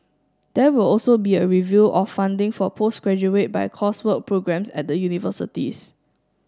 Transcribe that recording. there will also be a review of funding for postgraduate by coursework programmes at the universities